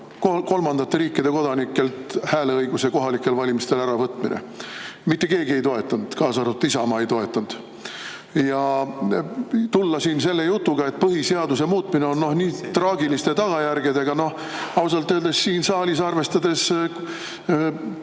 kolmandate riikide kodanikelt hääleõiguse kohalikel valimistel äravõtmine. Mitte keegi ei toetanud, kaasa arvatud Isamaa ei toetanud. Ja tulla selle jutuga, et põhiseaduse muutmine on nii traagiliste tagajärgedega … Ausalt öeldes, siin saalis, arvestades